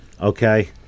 Okay